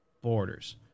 borders